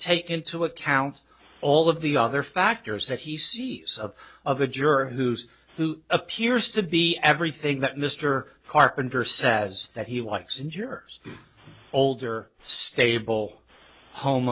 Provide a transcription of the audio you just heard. take into account all of the other factors that he sees of of a juror who's who appears to be everything that mr carpenter says that he likes and your older stable home